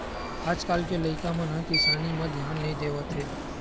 आज कल के लइका मन किसानी म धियान नइ देवत हे